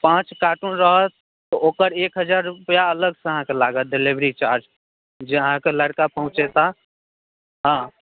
तऽ पाँच कार्टून रहत तऽ ओकर एक हजार रुपैआ अलगसे अहाँके लागत डिलीवरी चार्ज जे अहाँके लड़का पहुँचेता हँ